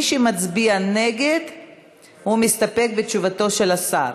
ומי שמצביע נגד מסתפק בתשובתו של השר.